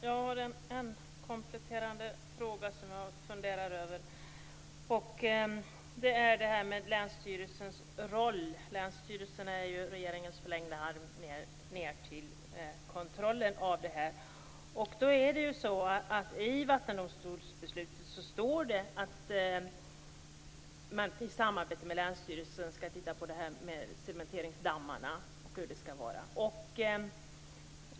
Fru talman! Jag har en kompletterande fråga. Det gäller länsstyrelsens roll. Länsstyrelsen är ju regeringens förlängda arm i fråga om kontrollen i det här sammanhanget. I vattendomstolsbeslutet står det att man i samarbete med länsstyrelsen skall se över frågan om cementeringsdammarna.